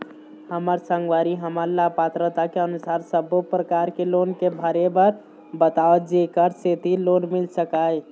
हमर संगवारी हमन ला पात्रता के अनुसार सब्बो प्रकार के लोन के भरे बर बताव जेकर सेंथी लोन मिल सकाए?